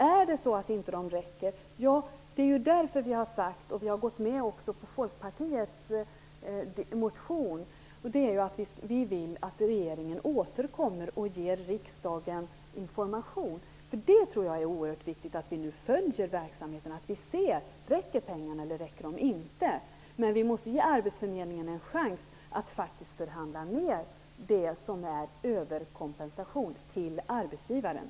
Om de inte räcker till, vill vi att regeringen återkommer med information till riksdagen. Vi har gått med på Folkpartiets motionskrav om detta. Det är oerhört viktigt att vi nu följer verksamheten och ser efter om pengarna räcker eller inte, och vi måste ge arbetsförmedlingen en chans att förhandla ned överkompensationen till arbetsgivarna.